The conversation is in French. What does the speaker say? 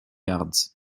yards